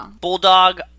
Bulldog